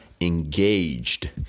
Engaged